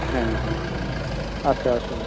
হ্যাঁ হ্যাঁ আচ্ছা আসুন